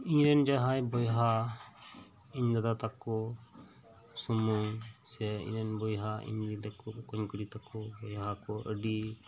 ᱤᱧᱨᱮᱱ ᱡᱟᱦᱟᱸᱭ ᱵᱚᱭᱦᱟ ᱤᱧ ᱫᱟᱫᱟ ᱛᱟᱠᱚ ᱠᱚ ᱥᱩᱢᱩᱝ ᱥᱮ ᱤᱧᱨᱮᱱ ᱵᱚᱭᱦᱟ ᱤᱧ ᱦᱤᱞᱤ ᱛᱟᱠᱚ ᱵᱩᱠᱩᱧ ᱠᱩᱲᱤ ᱛᱟᱠᱚ ᱵᱚᱭᱦᱟ ᱠᱚ ᱟᱹᱰᱤ